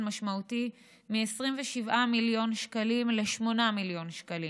משמעותי מ-27 מיליון שקלים ל-8 מיליון שקלים,